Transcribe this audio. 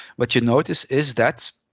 what you'll notice is that,